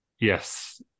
Yes